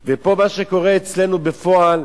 ופה, מה שקורה אצלנו בפועל,